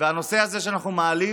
והנושא הזה שאנחנו מעלים,